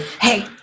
hey